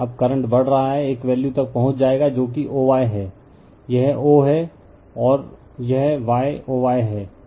अब करंट बढ़ रहा है एक वैल्यू तक पहुंच जाएगा जो कि o y है यह o है और यह y o y है